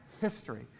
history